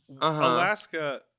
Alaska